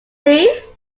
leave